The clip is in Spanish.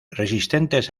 resistentes